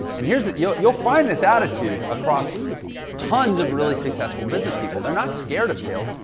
and here's the you'll. you'll find this attitude across tons of really successful business people. they're not scared of sales.